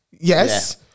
Yes